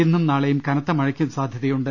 ഇന്നും നാളെയും കനത്ത മഴയ്ക്കും സാധ്യതയുണ്ട്